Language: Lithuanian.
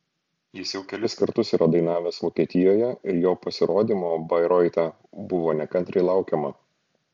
jis jau kelis kartus yra dainavęs vokietijoje ir jo pasirodymo bairoite buvo nekantriai laukiama